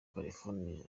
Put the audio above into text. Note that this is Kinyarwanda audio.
california